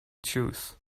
truth